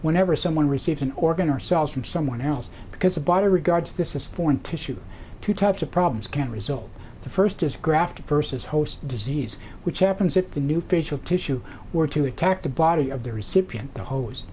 whenever someone receives an organ ourselves from someone else because the bottom regards this is foreign tissue two types of problems can result the first is graft versus host disease which happens at the new page of tissue were to attack the body of the recipient the hos